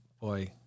boy